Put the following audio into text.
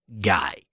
guy